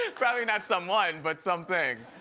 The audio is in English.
ah probably not someone, but something.